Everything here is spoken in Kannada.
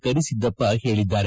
ಕರಿಸಿದ್ದಪ್ಪ ಹೇಳಿದ್ದಾರೆ